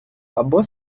або